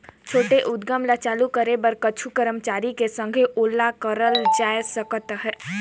छोटे उद्यम ल चालू करे बर कुछु करमचारी के संघे ओला करल जाए सकत अहे